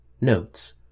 Notes